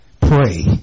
pray